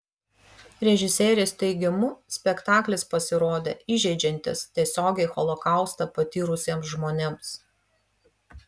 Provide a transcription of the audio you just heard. režisierės teigimu spektaklis pasirodė įžeidžiantis tiesiogiai holokaustą patyrusiems žmonėms